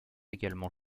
également